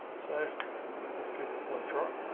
so lets give one a try